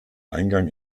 eingang